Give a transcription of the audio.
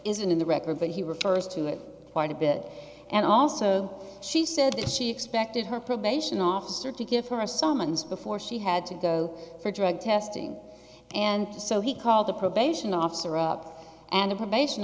isn't in the record but he refers to it quite a bit and also she said that she expected her probation officer to give her a summons before she had to go for drug testing and so he called the probation officer up and